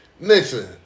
Listen